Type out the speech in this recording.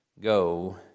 Go